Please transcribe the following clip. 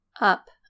Up